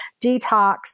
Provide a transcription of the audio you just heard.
detox